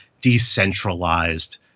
decentralized